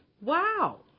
Wow